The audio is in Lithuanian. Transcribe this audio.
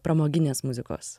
pramoginės muzikos